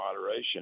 moderation